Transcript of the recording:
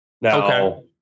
Now